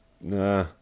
nah